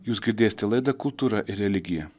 jūs girdėste laidą kultūra ir religija